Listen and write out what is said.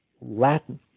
Latin